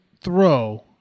throw